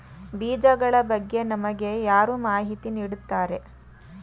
ಬೀಜಗಳ ಬಗ್ಗೆ ನಮಗೆ ಯಾರು ಮಾಹಿತಿ ನೀಡುತ್ತಾರೆ?